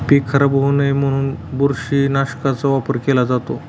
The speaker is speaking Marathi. पीक खराब होऊ नये म्हणून बुरशीनाशकाचा वापर केला जातो